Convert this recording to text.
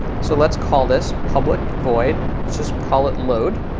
so let's call this public void, let's just call it load.